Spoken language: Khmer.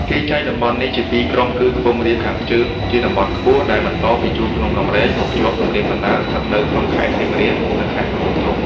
គេចែកតំបន់នេះជាពីរក្រុមគឺ ខ្ពង់រាបខាងជើង ជាតំបន់ខ្ពស់ ដែលបន្តពីជួរភ្នំដងរែកមកភ្ជាប់ទំនាប កណ្តាល ស្ថិតនៅក្នុងខេត្តសៀមរាប និងខេត្តកំពង់ធំ ។